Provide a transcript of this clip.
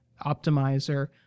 optimizer